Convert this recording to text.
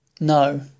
No